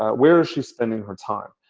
ah where is she spending her time?